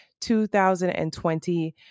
2020